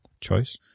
choice